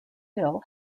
hill